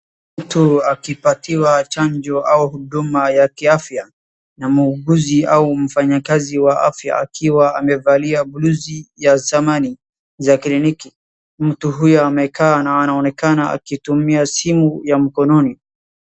Mtu akipatiwa chanjo au huduma ya kiafya na muuguzi au mfanyakazi wa afya akiwa amevali blauzi ya zamani ya kiliniki. Mtu huyu amekaa na anaonekana akitumia simu ya mkononi.